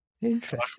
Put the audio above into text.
Interesting